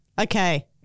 Okay